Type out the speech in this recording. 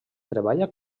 treballa